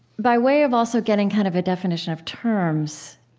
by way of also getting kind of a definition of terms,